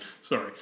Sorry